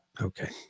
Okay